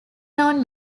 known